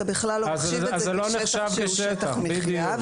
אתה בכלל לא מחשיב את זה כשטח שהוא שטח מחיה.